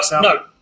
no